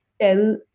tell